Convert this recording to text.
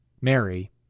Mary